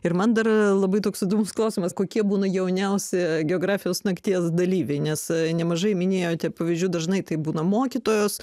ir man dar labai toks įdomus klausimas kokie būna jauniausi geografijos nakties dalyviai nes nemažai minėjote pavyzdžių dažnai tai būna mokytojos